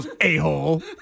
a-hole